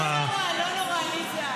הסתייגות 1 לא נתקבלה.